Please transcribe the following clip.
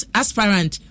aspirant